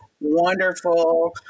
wonderful